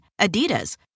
Adidas